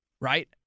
right